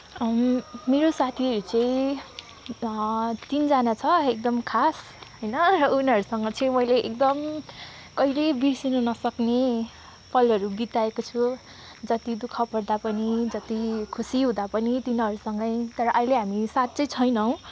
मेरो साथीहरू चाहिँ तिनजना छ एकदम खास होइन उनीहरूसँग चाहिँ मैले एकदम कहिले बिर्सन नसक्ने पलहरू बिताएको छु जति दुःख पर्दा पनि जति खुसी हुँदा पनि तिनीहरूसँगै तर अहिले हामी साथ चाहिँ छैनौँ